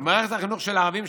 במערכת החינוך של הערבים,